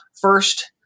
First